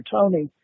Tony